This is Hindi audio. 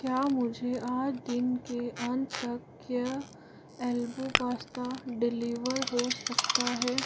क्या मुझे आज दिन के अंत तक क्या एल्बो पास्ता डिलीवर हो सकता है